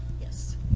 Yes